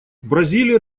бразилия